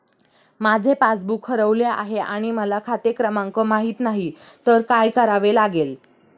माझे पासबूक हरवले आहे आणि मला खाते क्रमांक माहित नाही तर काय करावे लागेल?